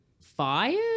fired